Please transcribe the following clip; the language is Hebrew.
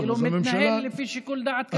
כן, חסם, כי הוא מתנהג לפי שיקול דעת כלכלי.